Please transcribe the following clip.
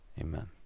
Amen